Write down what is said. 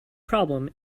problem